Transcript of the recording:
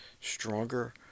stronger